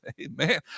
amen